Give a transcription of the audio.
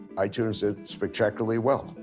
itunes did spectacularly well.